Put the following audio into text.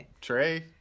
Trey